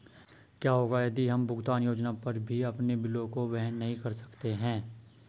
क्या होगा यदि हम भुगतान योजना पर भी अपने बिलों को वहन नहीं कर सकते हैं?